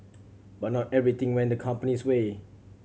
but not everything went the company's way